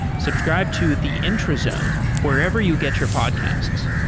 subscribe to the intrazone wherever you get your podcasts.